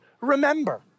remember